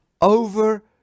over